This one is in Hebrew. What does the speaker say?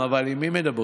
הוסרו.